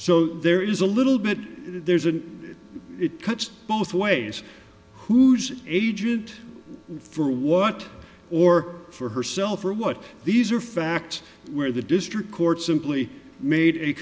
so there is a little bit there's an it cuts both ways who's agent for what or for herself or what these are facts where the district court simply made